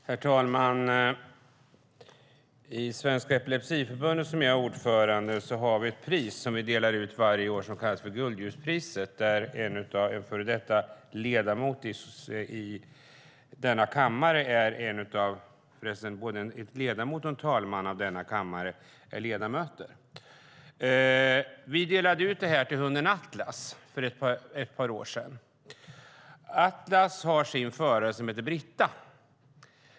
Herr talman! I Svenska Epilepsiförbundet, där jag är ordförande, har vi ett pris som delar ut varje år som kallas för Guldljuspriset. En före detta ledamot och talman i denna kammare är en av ledamöterna i förbundet. Vi delade ut priset till hunden Atlas för ett par år sedan. Atlas har en förare som heter Britta.